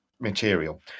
material